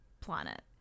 planet